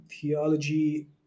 theology